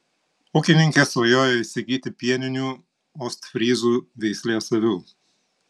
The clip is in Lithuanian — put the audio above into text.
ūkininkė svajoja įsigyti pieninių ostfryzų veislės avių